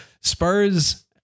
Spurs